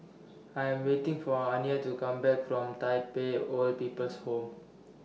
I'm waiting For Aniya to Come Back from Tai Pei Old People's Home